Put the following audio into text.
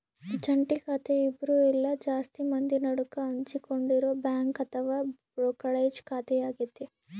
ಜಂಟಿ ಖಾತೆ ಇಬ್ರು ಇಲ್ಲ ಜಾಸ್ತಿ ಮಂದಿ ನಡುಕ ಹಂಚಿಕೊಂಡಿರೊ ಬ್ಯಾಂಕ್ ಅಥವಾ ಬ್ರೋಕರೇಜ್ ಖಾತೆಯಾಗತೆ